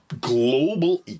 global